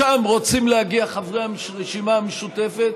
לשם רוצים להגיע חברי הרשימה המשותפת,